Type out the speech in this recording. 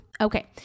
Okay